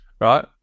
right